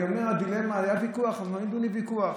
אני אומר, היה ויכוח, הדברים עמדו לוויכוח.